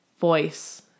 voice